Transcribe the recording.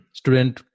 student